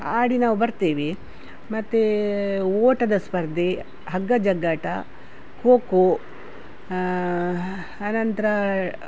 ಆಡಿ ನಾವು ಬರ್ತೇವೆ ಮತ್ತು ಓಟದ ಸ್ಪರ್ಧೆ ಹಗ್ಗ ಜಗ್ಗಾಟ ಖೊ ಖೋ ಆನಂತರ